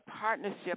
partnership